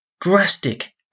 drastic